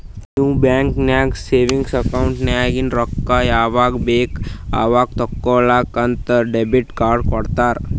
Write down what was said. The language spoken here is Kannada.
ನೀವ್ ಬ್ಯಾಂಕ್ ನಾಗ್ ಸೆವಿಂಗ್ಸ್ ಅಕೌಂಟ್ ನಾಗಿಂದ್ ರೊಕ್ಕಾ ಯಾವಾಗ್ ಬೇಕ್ ಅವಾಗ್ ತೇಕೊಳಾಕ್ ಅಂತ್ ಡೆಬಿಟ್ ಕಾರ್ಡ್ ಕೊಡ್ತಾರ